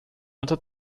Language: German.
unter